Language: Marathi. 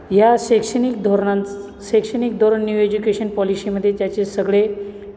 या शैक्षणिक धोरण शैक्षणिक धोरण न्यू एज्युकेशन पॉलिशीमध्ये ज्याचे सगळे